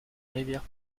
rivière